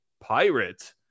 pirate